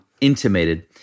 Intimated